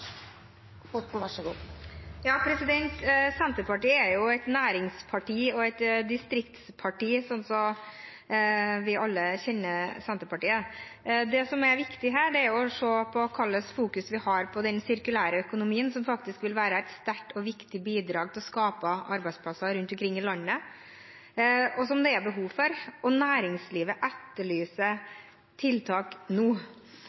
jo et næringsparti og et distriktsparti, slik vi alle kjenner Senterpartiet. Det som er viktig her, er hvordan vi ser på den sirkulære økonomien, som faktisk vil være et sterkt og viktig bidrag til å skape arbeidsplasser rundt omkring i landet, som det er behov for. Næringslivet etterlyser tiltak nå.